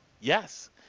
Yes